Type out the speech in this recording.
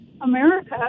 America